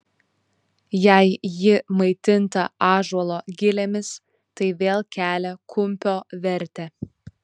jei ji maitinta ąžuolo gilėmis tai vėl kelia kumpio vertę